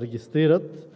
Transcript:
регистрират